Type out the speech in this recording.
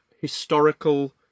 historical